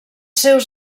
seus